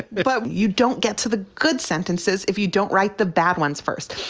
but you don't get to the good sentences if you don't write the bad ones first.